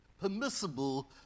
permissible